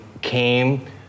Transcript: came